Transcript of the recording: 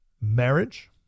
marriage